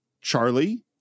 Charlie